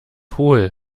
hohl